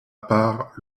part